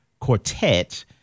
quartet